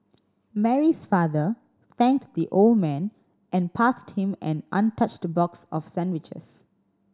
Mary's father thanked the old man and passed him an untouched box of sandwiches